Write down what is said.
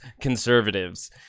conservatives